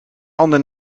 anne